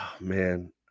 man